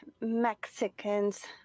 Mexicans